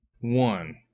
one